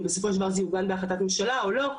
בסופו של דבר זה אוגן בהחלטת ממשלה או לא,